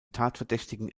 tatverdächtigen